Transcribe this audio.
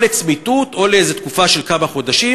או לצמיתות או לאיזו תקופה של כמה חודשים,